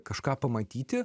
kažką pamatyti